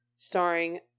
Starring